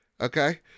okay